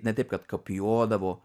ne taip kad kopijuodavo